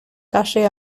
calle